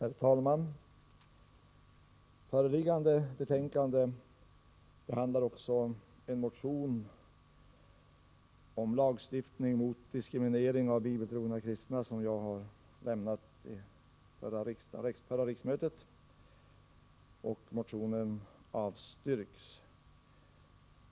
Herr talman! Föreliggande betänkande behandlar också en motion om lagstiftning mot diskriminering av bibeltrogna kristna som jag väckte vid förra riksmötet. Motionen avstyrks.